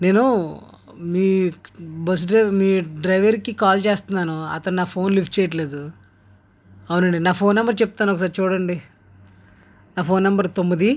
నేను మీ bus drive మీ డ్రైవర్కి కాల్ చేస్తున్నాను అతను నా ఫోన్ లిఫ్ట్ చేయటం లేదు అవును అండి నా ఫోన్ నెంబర్ చెప్తాను ఒకసారి చూడండి నా ఫోన్ నెంబర్ తొమ్మిది